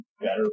better